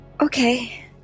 Okay